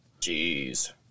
jeez